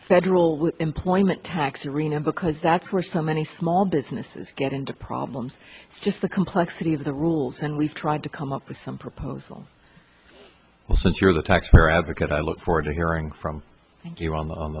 federal employment tax arena because that's where so many small businesses get into problems just the complexity of the rules and we've tried to come up with some proposals well since you're the taxpayer advocate i look forward to hearing from